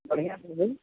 बढ़िया